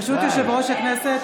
ברשות יושב-ראש הכנסת,